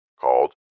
called